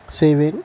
செய்வேன்